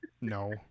No